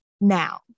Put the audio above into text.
now